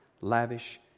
lavish